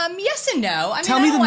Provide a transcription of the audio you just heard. um yes and no. um tell me